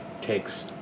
takes